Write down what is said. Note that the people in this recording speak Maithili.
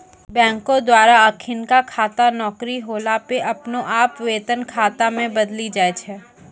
बैंको द्वारा अखिनका खाता नौकरी होला पे अपने आप वेतन खाता मे बदली जाय छै